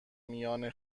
میان